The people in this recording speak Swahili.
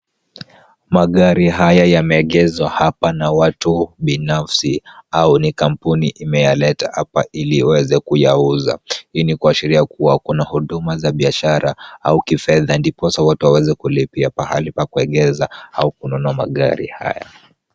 Magari haya yameegezwa hapa na watu binafsi ,au ni kampuni imeyaleta hapa ili iweze kuyauza, hii ni kuashiria kua kuna huduma za biashara au kifedha ndiposa watu waweze kulipia mahali pa kuegeza au kununua magari haya.